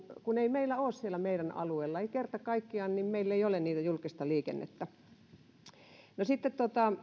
kun ei siellä meidän alueellamme kerta kaikkiaan ole julkista liikennettä sitten